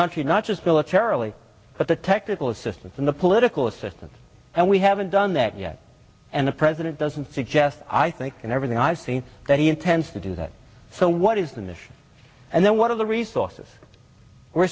country not just militarily but the technical assistance and the political assistance and we haven't done that yet and the president doesn't suggest i think in everything i've seen that he intends to do that so what is the mission and then what are the resources we're